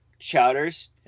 chowders